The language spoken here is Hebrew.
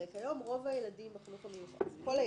הרי כיום רוב הילדים בחינוך המיוחד,